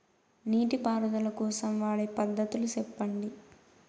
నీటి పారుదల కోసం వాడే పద్ధతులు సెప్పండి?